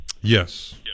Yes